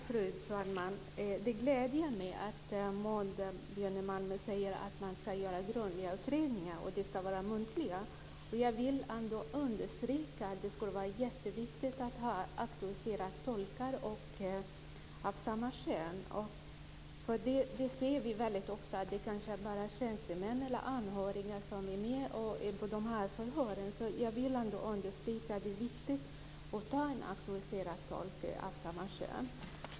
Fru talman! Det gläder mig att Maud Björnemalm säger att man ska göra grundliga utredningar och att de ska vara muntliga. Jag vill då understryka att det är jätteviktigt att ha auktoriserade tolkar av samma kön som den som förhörs, för vi ser väldigt ofta att det bara är tjänstemän eller anhöriga som är med vid förhören. Jag vill understryka att det är viktigt att ha en auktoriserad tolk av samma kön.